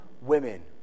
women